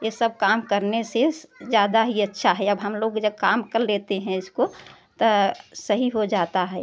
ये सब काम करने से ज़्यादा ही अच्छा है अब हम लोग जब काम कर लेते हैं इसको तो सही हो जाता है